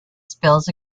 spills